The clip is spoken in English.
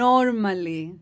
Normally